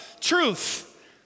truth